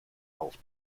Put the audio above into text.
auf